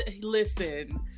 listen